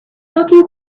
talking